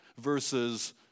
versus